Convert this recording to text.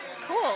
cool